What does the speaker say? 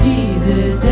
Jesus